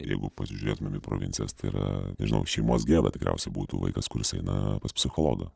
ir jeigu pasižiūrėtumėm į provincijas tai yra nežinau šeimos gėda tikriausiai būtų vaikas kuris eina pas psichologą